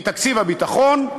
מתקציב הביטחון.